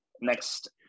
next